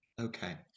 Okay